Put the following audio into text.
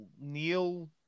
Neil